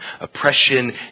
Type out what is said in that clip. oppression